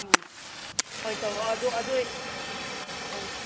ꯎꯝ ꯍꯣꯏ ꯇꯧꯔꯣ ꯑꯗꯨ ꯑꯗꯨꯑꯣꯏ ꯍꯣꯏ